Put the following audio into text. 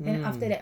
mm